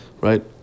Right